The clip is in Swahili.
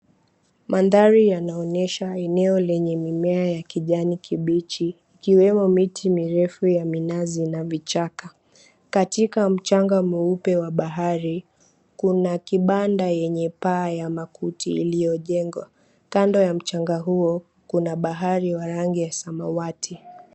Mandhari yanaonyesha eneo lenye mimea ya kijani kibichi, ikiwemo miti mirefu ya minazi na kichaka. Katika mchanga mweupe wa bahari kuna kibanda yenye paa ya makuti iliyojengwa. Kando ya mchanga huo kuna bahari ya rangi ya samawati.